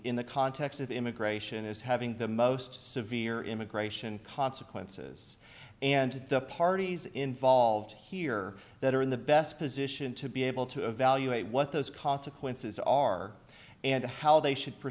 in the context of immigration as having the most severe immigration consequences and the parties involved here that are in the best position to be able to evaluate what those consequences are and how they should